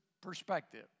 perspective